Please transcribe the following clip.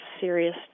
serious